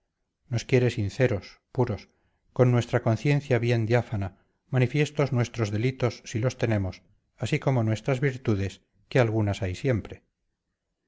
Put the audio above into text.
nos quiere sinceros puros con nuestra conciencia bien diáfana manifiestos nuestros delitos si los tenemos así como nuestras virtudes que algunas hay siempre